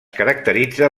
caracteritza